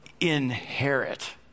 inherit